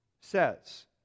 says